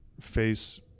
face